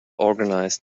organize